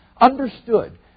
understood